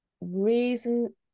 Reason